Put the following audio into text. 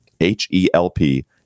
H-E-L-P